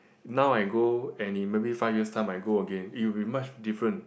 now I go and in maybe five years time I go again it will be much different